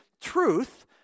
truth